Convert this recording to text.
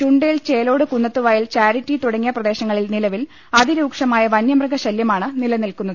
Chundale Chelode Kunnathuvayal Charity തുടങ്ങിയ പ്രദേശ ങ്ങളിൽ നിലവിൽ അതിരൂക്ഷമായ വനൃമൃഗശലൃമാണ് നിലനിൽക്കുന്നത്